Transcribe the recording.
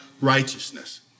righteousness